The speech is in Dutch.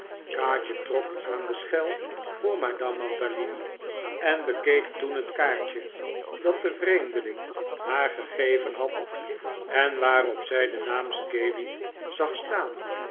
kaatje trok aan de schel voor madame mantalini en bekeek toen het kaartje dat de vreemdeling haar gegeven had en waarop zij den naam scaley zag staan